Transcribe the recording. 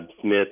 Smith